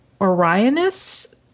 Orionis